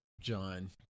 John